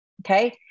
Okay